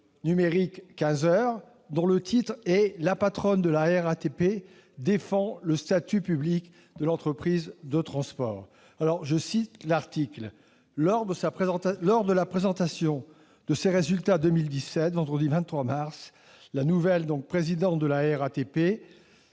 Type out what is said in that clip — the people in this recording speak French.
quinze heures sous le titre :« La patronne de la RATP défend le statut public de l'entreprise de transport ». Je cite un extrait :« Lors de la présentation de ses résultats 2017, vendredi 23 mars, la nouvelle [présidente de la RATP]